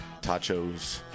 tachos